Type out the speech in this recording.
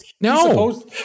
No